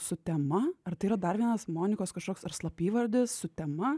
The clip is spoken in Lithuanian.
su tema ar tai yra dar vienas monikos kažkoks ar slapyvardis su tema